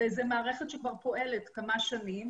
זו מערכת שכבר פועלת כמה שנים